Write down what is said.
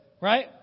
right